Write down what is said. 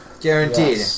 Guaranteed